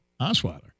Osweiler